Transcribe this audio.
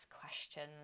questions